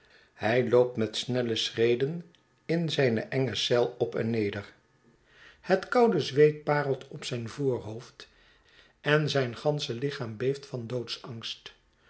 hij loopt met snelle schreden in zijn enge eel op en neder het koude zweet parelt op zijn voorhoofd en zijn gansche lichaam beeft van